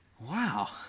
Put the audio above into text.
wow